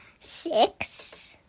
Six